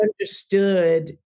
understood